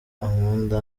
ankunda